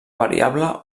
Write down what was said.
variable